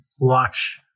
Watch